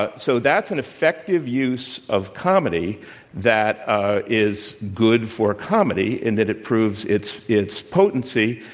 but so, that's an effective use of comedy that ah is good for comedy in that it proves its its potency,